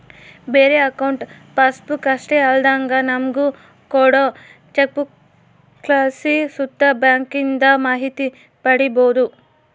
ಬರೇ account passbook ಅಷ್ಟೇ ಅಲ್ದಂಗ ನಮುಗ ಕೋಡೋ ಚೆಕ್ಬುಕ್ಲಾಸಿ ಸುತ ಬ್ಯಾಂಕಿಂದು ಮಾಹಿತಿ ಪಡೀಬೋದು